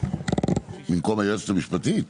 במקום היועצת המשפטית?